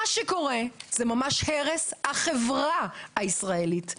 מה שקורה זה ממש הרס של החברה הישראלית.